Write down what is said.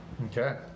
Okay